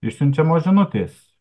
išsiunčiamos žinutės